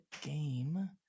game